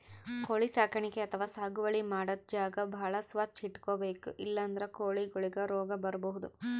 ಕೋಳಿ ಸಾಕಾಣಿಕೆ ಅಥವಾ ಸಾಗುವಳಿ ಮಾಡದ್ದ್ ಜಾಗ ಭಾಳ್ ಸ್ವಚ್ಚ್ ಇಟ್ಕೊಬೇಕ್ ಇಲ್ಲಂದ್ರ ಕೋಳಿಗೊಳಿಗ್ ರೋಗ್ ಬರ್ಬಹುದ್